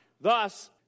Thus